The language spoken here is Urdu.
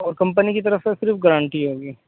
اور کمپنی کی طرف سے صرف گارنٹی ہوگی